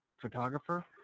photographer